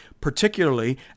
particularly